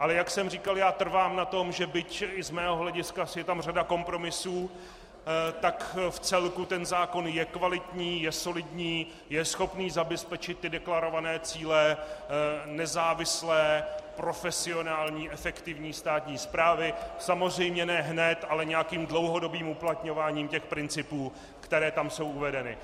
Ale jak jsem říkal, já trvám na tom, že byť z mého hlediska je tam řada kompromisů, tak vcelku ten zákon je kvalitní, je solidní, je schopný zabezpečit deklarované cíle nezávislé, profesionální, efektivní státní správy, samozřejmě ne hned, ale nějakým dlouhodobým uplatňováním principů, které tam jsou uvedeny.